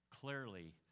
clearly